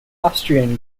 austrian